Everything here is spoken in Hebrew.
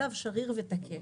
הצו שריר ותקף.